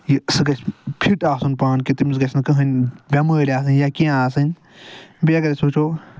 یہِ سُہ گژھِ فِٹ آسُن پانہٕ کہِ تٔمِس گژھِ نہٕ کٔہیٖنۍ نہٕ بٮ۪مٲرۍ آسٕنۍ یا کیٚنہہ آسٕنۍ بیٚیہِ اَگر أسۍ وُچھو